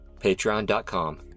patreon.com